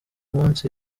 munsi